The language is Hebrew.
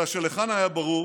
אלא שלחנה היה ברור